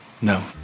no